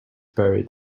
buried